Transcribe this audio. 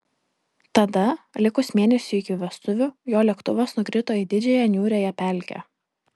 tada likus mėnesiui iki vestuvių jo lėktuvas nukrito į didžiąją niūriąją pelkę